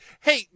Hey